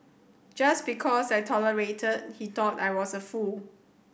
just because I tolerated he thought I was a fool